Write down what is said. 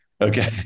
okay